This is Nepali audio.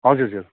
हजुर हजुर